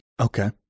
Okay